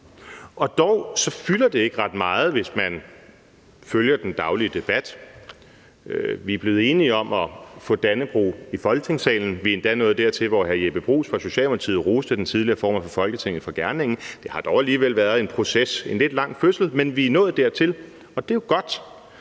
Og dog fylder det ikke ret meget, hvis man følger den daglige debat. Vi er blevet enige om at få dannebrog i Folketingssalen. Vi er endda nået dertil, hvor hr. Jeppe Bruus fra Socialdemokratiet roste den tidligere formand for Folketinget for gerningen. Det har dog alligevel været en proces, en lidt lang fødsel, men vi er nået dertil. Og det er jo godt,